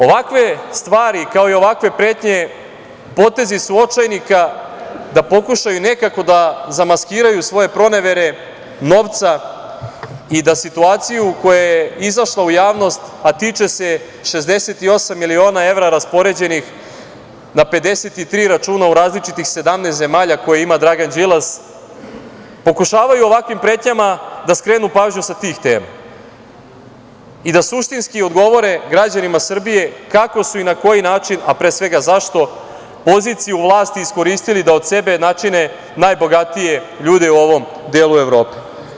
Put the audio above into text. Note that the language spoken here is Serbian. Ovakve stvari, kao i ovakve pretnje potezi su očajnika da pokušaju nekako da zamaskiraju svoje pronevere novca i da situaciju koja je izašla u javnost, a tiče se 68 miliona evra raspoređenih na 53 računa u različitih 17 zemalja koje ima Dragan Đilas, pokušavaju ovakvim pretnjama da skrenu pažnju sa tih tema i da suštinski govore građanima Srbije kako su i na koji način, a pre svega zašto poziciju vlasti iskoristili da od sebe načine najbogatije ljude u ovom delu Evrope.